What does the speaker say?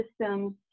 systems